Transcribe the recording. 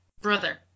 brother